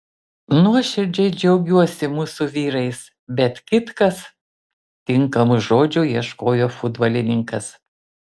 nuoširdžiai džiaugiuosi mūsų vyrais bet kitkas tinkamų žodžių ieškojo futbolininkas